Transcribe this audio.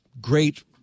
great